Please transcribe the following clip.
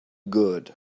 good